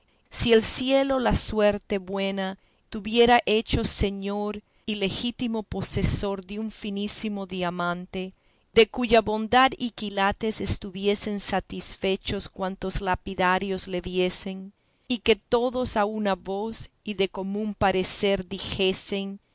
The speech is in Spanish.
si el cielo o la suerte buena te hubiera hecho señor y legítimo posesor de un finísimo diamante de cuya bondad y quilates estuviesen satisfechos cuantos lapidarios le viesen y que todos a una voz y de común parecer dijesen